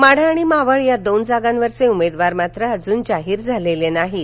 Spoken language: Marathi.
माढा आणि मावळ या दोन जागांवरचे उमेदवार मात्र अजून जाहीर झालेले नाहीत